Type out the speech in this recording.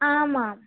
आमाम्